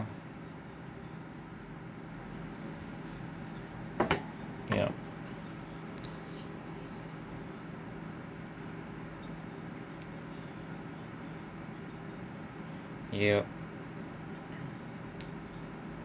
yup yup